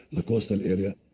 the coastal area,